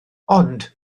ond